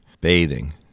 bathing